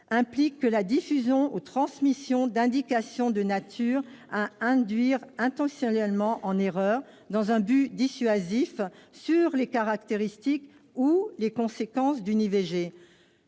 implique que la « diffusion ou transmission d'indications de nature à induire intentionnellement en erreur, dans un but dissuasif, sur les caractéristiques ou les conséquences d'une IVG